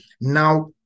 now